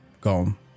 gone